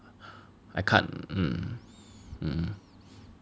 I can't mm mm